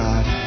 God